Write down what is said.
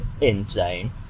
Insane